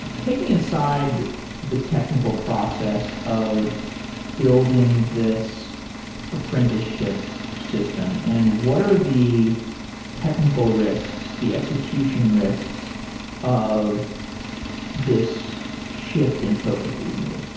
take me inside the technical process of building this apprenticeship system and what are the technical risks, the execution risks of this shift and focus that you've made.